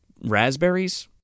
raspberries